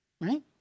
right